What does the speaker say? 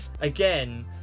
again